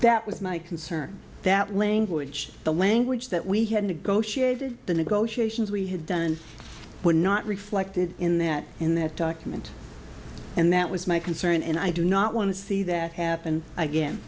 that was my concern that language the language that we had negotiated the negotiations we had done were not reflected in that in that document and that was my concern and i do not want to see that happen again